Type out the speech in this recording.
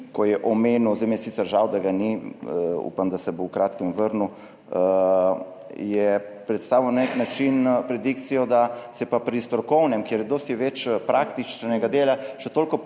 ki je omenil – zdaj mi je sicer žal, da ga ni, upam, da se bo v kratkem vrnil – je predstavil na nek način pred predikcijo, da se je pa pri strokovnem, kjer je dosti več praktičnega dela, še toliko